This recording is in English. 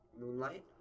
Moonlight